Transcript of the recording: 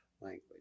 language